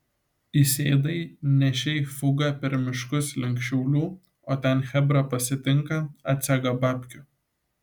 įsėdai nešei fugą per miškus link šiaulių o ten chebra pasitinka atsega babkių